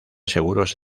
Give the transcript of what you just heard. seguros